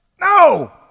no